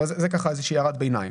אבל זה איזושהי הערת ביניים.